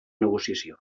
negociació